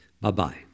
Bye-bye